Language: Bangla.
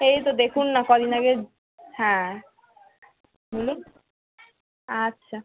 এই তো দেখুন না কদিন আগে হ্যাঁ বলুন আচ্ছা